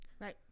Right